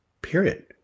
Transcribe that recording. period